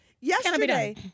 Yesterday